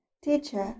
teacher